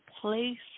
place